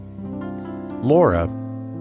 Laura